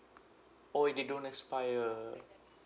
oh it they don't expire